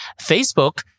Facebook